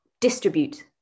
Distribute